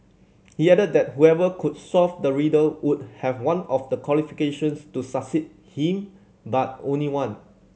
he added that whoever could solve the riddle would have one of the qualifications to succeed him but only one